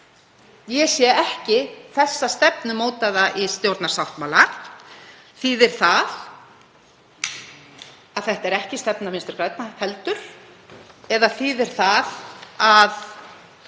Ég sé ekki þessa stefnu mótaða í stjórnarsáttmála. Þýðir það að þetta sé ekki stefna Vinstri grænna heldur eða þýðir það að